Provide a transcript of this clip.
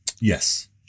Yes